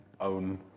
own